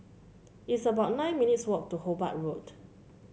it's about nine minutes' walk to Hobart Road